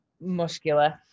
muscular